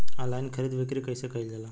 Online खरीद बिक्री कइसे कइल जाला?